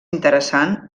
interessant